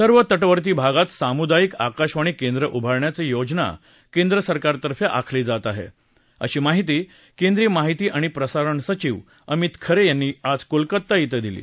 सर्व तटवर्ती भागात सामुदायिक आकाशवाणी केंद्र उभारण्याचं योजना केंद्र सरकार तर्फे आखली जात आहे अशी माहिती केंद्रीय माहिती आणि प्रसारण सचिव अमित खरे यांनी आज कोलकता इथं दिली